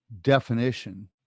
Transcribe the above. definition